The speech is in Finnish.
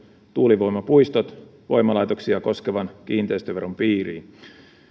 tuulivoimapuistot voimalaitoksia koskevan kiinteistöveron piiriin